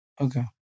Okay